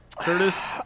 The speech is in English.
curtis